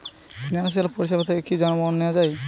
Financial পরিসেবা থেকে কি যানবাহন নেওয়া যায়?